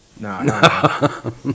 No